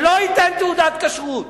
שלא ייתן תעודת כשרות.